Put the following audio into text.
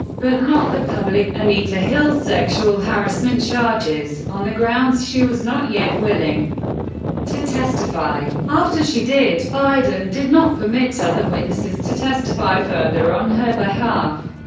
but not the public, anita hill's sexual harassment charges, on the grounds she was not yet willing to testify. after she did, biden did not permit other witnesses to testify further on her behalf,